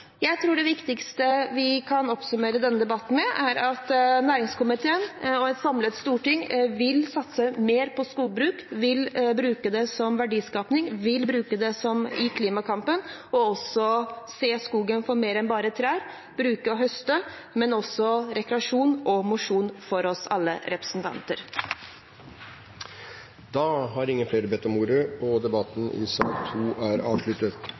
Jeg tror det viktigste vi kan oppsummere denne debatten med, er at næringskomiteen og et samlet storting vil satse mer på skogbruk, vil bruke det som verdiskaping, vil bruke det i klimakampen – og også se skogen for mer enn bare trær, bruke og høste. Skogen skal også brukes til rekreasjon og mosjon for oss alle – også representanter. Flere har ikke bedt om ordet til sak